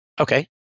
Okay